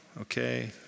Okay